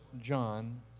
John